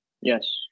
Yes